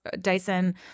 Dyson